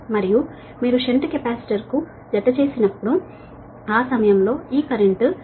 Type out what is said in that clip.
మరియు మీరు shunt capacitor కు జతచేసినపుడు ఆ సమయంలో ఈ కరెంటు 477